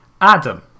Adam